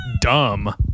dumb